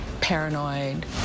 paranoid